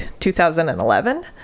2011